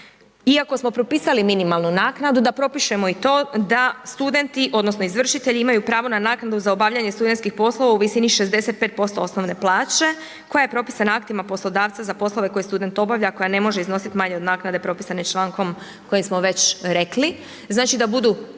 iako smo propisali minimalnu naknadu da propišemo i to da studenti odnosno izvršitelji imaju pravo na naknadu za obavljanje studentskih poslova u visini 65% osnovne plaće koja je propisana aktima poslodavca za poslove koje student obavlja koja ne može iznositi manje od naknade propisane člankom koji smo već rekli. Znači da budu